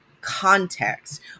context